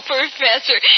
Professor